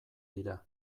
dira